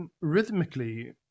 rhythmically